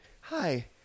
hi